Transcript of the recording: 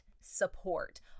Support